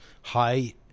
high